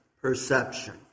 perception